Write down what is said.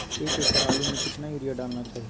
एक एकड़ आलु में कितना युरिया डालना चाहिए?